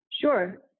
Sure